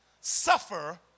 suffer